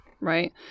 Right